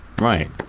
right